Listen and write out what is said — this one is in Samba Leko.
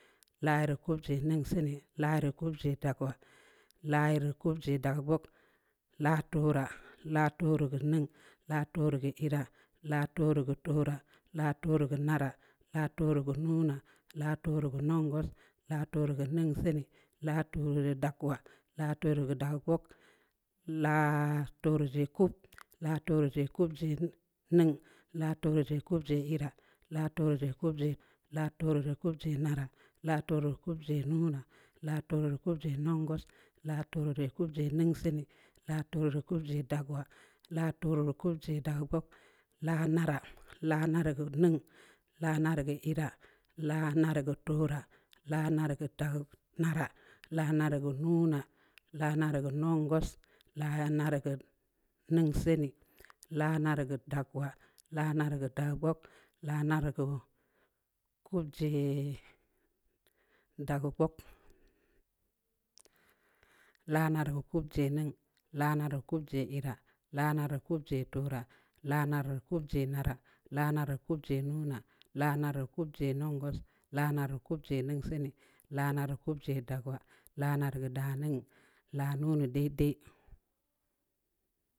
La irr kup jai neng sii nii la irr kuf jai dagwa la irr kup jai daguup la tuura la tuuru gue neng la tuura gue ii ra la tuuru gue tuura la tuuru gue naara la tuuru gue nuuna la tuuru gue nungus la tuuru gue neng sii nii la tuuru gue dagup la tuuru gae ta tuuru gai kup la tuuru jai kup jai neng la tuuru jai kup jai ii ra la tuuru jai kup jai la tuuru jai kup jai naara la tuuru jai kup jai nauna la tuura jai kup jai nungus la tuuru jai kup jai neng sii nii la tuuru jai kup jai dagwa la tuuru jai kup jai dagup la naara la naara gup neng la naara gue ii ra la naana gue tuura la naara gue tahu naara la naara gue nuuna la naara gue nungus la naara gue neng sii nii la naara gue dagwa la naara gue kup jai dagwa guup la naara gue kup jai nong la naara gue kup jai ii ra la naara gue kup jai tuura la naara gue kup jai nuuna la naara gue kap lai nuungus la naara gue kup jai neng sii nii la naara kup jai daagwa la nakira kap da neng la nuunu dai dai.